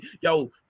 Yo